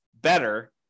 better